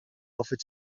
hoffet